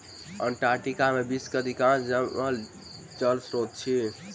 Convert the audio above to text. Antarctica में विश्व के अधिकांश जमल जल स्त्रोत अछि